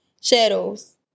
shadows